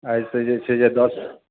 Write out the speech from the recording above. आइसँ जे छै से दस